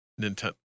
Nintendo